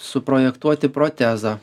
suprojektuoti protezą